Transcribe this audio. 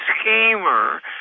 schemer